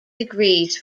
degrees